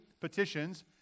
petitions